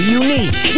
unique